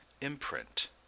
imprint